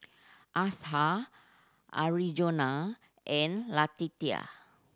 Asher Arizona and Letitia